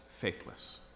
faithless